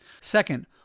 Second